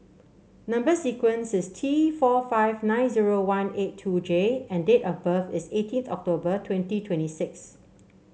number sequence is T four five nine zero one eight two J and date of birth is eighteenth October twenty twenty six